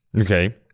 Okay